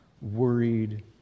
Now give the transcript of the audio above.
worried